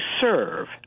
serve